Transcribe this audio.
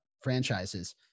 franchises